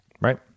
right